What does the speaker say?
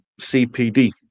CPD